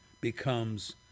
becomes